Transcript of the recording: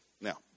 Now